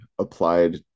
applied